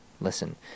listen